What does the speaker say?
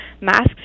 masks